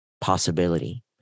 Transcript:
possibility